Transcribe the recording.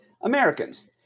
Americans